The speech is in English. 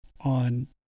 on